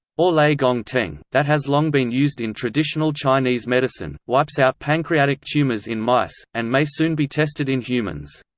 or lei gong teng, that has long been used in traditional chinese medicine, wipes out pancreatic tumors in mice, and may soon be tested in humans.